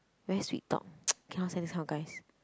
very sweet talk cannot stand this kind of guys